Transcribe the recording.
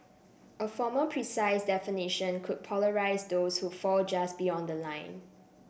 a formal precise definition could polarise those who fall just beyond the line